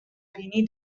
بینی